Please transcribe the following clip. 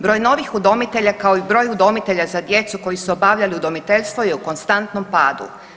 Broj novih udomitelja kao i broj udomitelja za djecu koji su obavljali udomiteljstvo je u konstantnom padu.